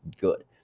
good